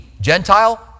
Gentile